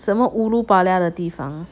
什么 ulu paria 的地方